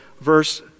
verse